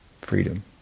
freedom